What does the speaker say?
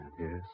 Yes